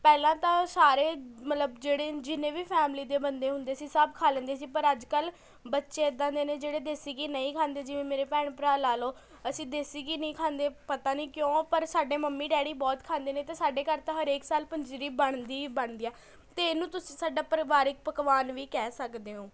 ਪਹਿਲਾਂ ਤਾਂ ਸਾਰੇ ਮਤਲਬ ਜਿਹੜੇ ਜਿੰਨੇ ਵੀ ਫੈਮਲੀ ਦੇ ਬੰਦੇ ਹੁੰਦੇ ਸੀ ਸਭ ਖਾ ਲੈਂਦੇ ਸੀ ਪਰ ਅੱਜ ਕੱਲ੍ਹ ਬੱਚੇ ਇੱਦਾਂ ਦੇ ਨੇ ਜਿਹੜੇ ਦੇਸੀ ਘੀ ਨਹੀਂ ਖਾਂਦੇ ਜਿਵੇਂ ਮੇਰੇ ਭੈਣ ਭਰਾ ਲਾ ਲਉ ਅਸੀਂ ਦੇਸੀ ਘੀ ਨਹੀਂ ਖਾਂਦੇ ਪਤਾ ਨਹੀਂ ਕਿਉਂ ਪਰ ਸਾਡੇ ਮੰਮੀ ਡੈਡੀ ਬਹੁਤ ਖਾਂਦੇ ਨੇ ਅਤੇ ਸਾਡੇ ਘਰ ਤਾਂ ਹਰੇਕ ਸਾਲ ਪੰਜੀਰੀ ਬਣਦੀ ਹੀ ਬਣਦੀ ਹੈ ਅਤੇ ਇਹਨੂੰ ਤੁਸੀਂ ਸਾਡਾ ਪਰਿਵਾਰਿਕ ਪਕਵਾਨ ਵੀ ਕਹਿ ਸਕਦੇ ਹੋ